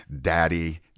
Daddy